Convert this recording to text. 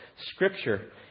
scripture